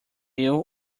ill